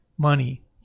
Money